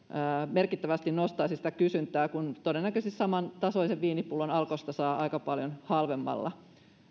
merkittävästi nostaisi sitä kysyntää kun todennäköisesti samantasoisen viinipullon alkosta saa aika paljon halvemmalla